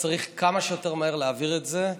צריך כמה שיותר מהר להעביר את זה.